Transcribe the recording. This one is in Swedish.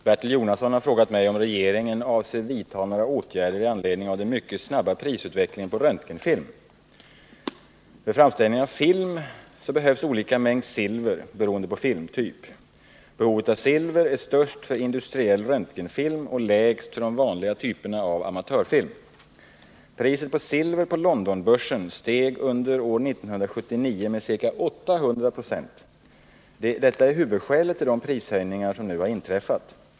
Fru talman! Bertil Jonasson har frågat mig om regeringen avser vidta några åtgärder i anledning av den mycket snabba utvecklingen av priset på röntgenfilm. ; Vid framställning av film behövs olika mängd silver beroende på filmtyp. Behovet av silver är störst för industriell röntgenfilm och minst för de vanligaste typerna av amatörfilm. Priset på silver på Londonbörsen steg under år 1979 med ca 800 90. Detta är huvudskälet till de prishöjningar som nu har inträffat.